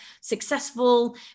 successful